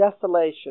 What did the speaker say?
Desolation